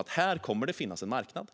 att här kommer det att finnas en marknad.